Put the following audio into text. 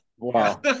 Wow